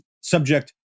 subject